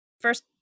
First